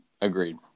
Agreed